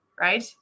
right